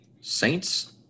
Saints